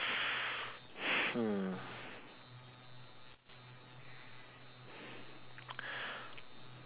hmm